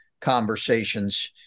conversations